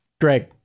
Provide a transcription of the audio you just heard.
Greg